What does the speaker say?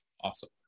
Awesome